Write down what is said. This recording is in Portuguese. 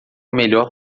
melhor